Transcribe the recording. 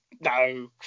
No